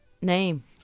name